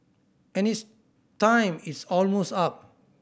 and its time is almost up